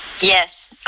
yes